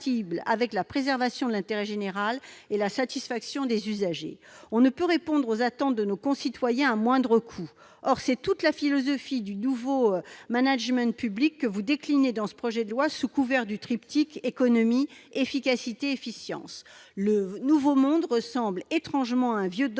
avec la préservation de l'intérêt général et la satisfaction des usagers. On ne peut répondre aux attentes de nos concitoyens à moindre coût, mais c'est pourtant là toute la philosophie du nouveau management public que vous déclinez dans ce projet de loi, sous couvert du triptyque économie, efficacité, efficience. Le nouveau monde ressemble étrangement à un vieux dogme